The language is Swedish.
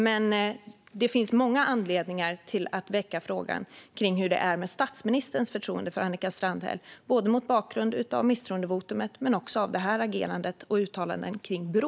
Men det finns många anledningar att ta upp frågan hur det är med statsministerns förtroende för Annika Strandhäll, mot bakgrund både av misstroendevotumet och av det här agerandet och hennes uttalande om Brå.